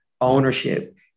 ownership